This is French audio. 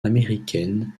américaines